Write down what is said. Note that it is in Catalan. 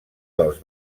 dels